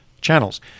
channels